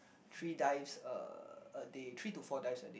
three dives a a day three to four dives a day